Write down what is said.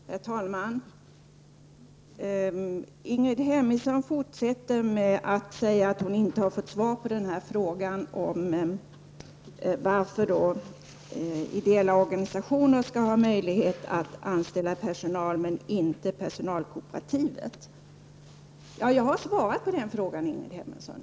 Herr talman! Ingrid Hemmingsson fortsätter att säga att hon inte har fått svar på frågan om varför ideella organisationer skall ha möjlighet att anställa personal men inte personalkooperativ. Jag har svarat på den frågan, Ingrid Hemmingsson.